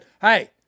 Hey